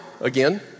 Again